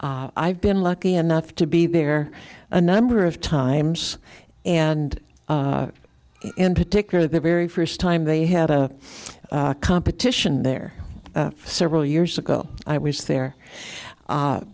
i've been lucky enough to be there a number of times and in particular the very first time they had a competition there several years ago i was there